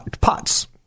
pots